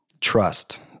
trust